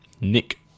Nick